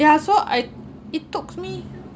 yeah so I it took me